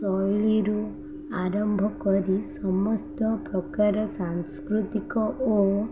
ଶୈଳୀରୁ ଆରମ୍ଭ କରି ସମସ୍ତ ପ୍ରକାର ସାଂସ୍କୃତିକ ଓ